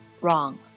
wrong